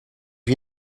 you